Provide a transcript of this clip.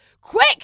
quick